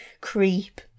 creep